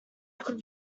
could